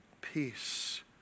peace